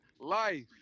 life